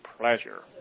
pleasure